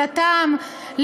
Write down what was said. דתם,